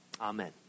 Amen